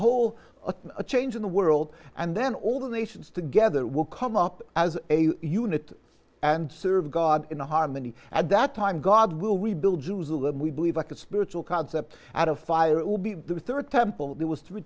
whole a a change in the world and then all the nations together will come up as a unit and serve god in harmony at that time god will rebuild jerusalem we believe i could spiritual concept out of fire will be the third temple that was three